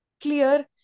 clear